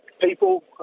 people